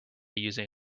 using